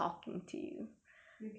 you can you can even